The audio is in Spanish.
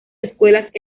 escuelas